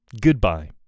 Goodbye